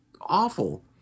awful